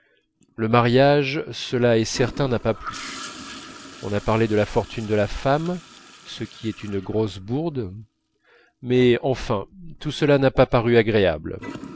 le mariage cela est certain n'a pas plu on a parlé de la fortune de la femme ce qui est une grosse bourde mais enfin tout cela n'a pas paru agréable